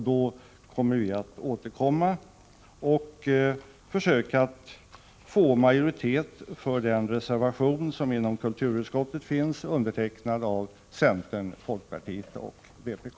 Då kommer vi att återkomma och försöka få majoritet för den reservation som finns i kulturutskottets betänkande och som är undertecknad av centern, folkpartiet och vpk.